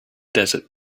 desert